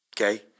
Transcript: okay